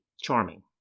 Charming